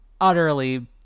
utterly